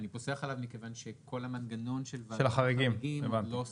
אני פוסח עליו מכיוון שכל המנגנון של ועדת החריגים עוד לא סגור.